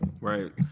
Right